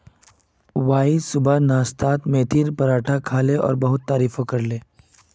Y सुबह नाश्तात मेथीर पराठा खायाल छिले और बहुत तारीफो करले